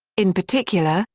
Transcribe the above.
in particular,